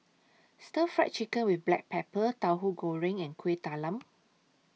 Stir Fry Chicken with Black Pepper Tauhu Goreng and Kueh Talam